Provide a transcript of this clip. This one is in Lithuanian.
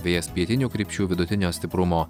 vėjas pietinių krypčių vidutinio stiprumo